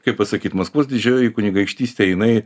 kaip pasakyt maskvos didžioji kunigaikštystė jinai